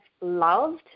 loved